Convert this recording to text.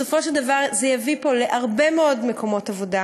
בסופו של דבר זה יביא פה להרבה מאוד מקומות עבודה.